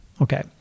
okay